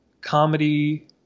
comedy